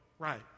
Right